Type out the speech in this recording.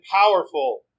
powerful